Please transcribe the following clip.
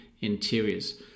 interiors